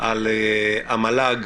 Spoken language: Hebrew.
על המל"ג,